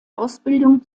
ausbildung